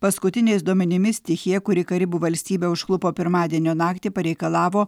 paskutiniais duomenimis stichija kuri karibų valstybę užklupo pirmadienio naktį pareikalavo